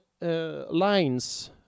lines